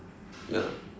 ya